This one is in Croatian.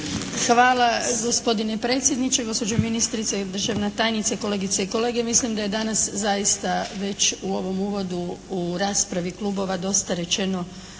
Hvala. Gospodine predsjedniče, gospođo ministrice, državna tajnice, kolegice i kolege. Mislim da je danas zaista već u ovom uvodu u raspravi klubova dosta rečeno